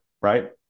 right